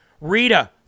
Rita